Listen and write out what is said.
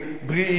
בריאים,